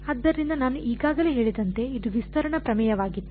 ಆದ್ದರಿಂದ ನಾನು ಈಗಾಗಲೇ ಹೇಳಿದಂತೆ ಇದು ವಿಸ್ತರಣಾ ಪ್ರಮೇಯವಾಗಿತ್ತು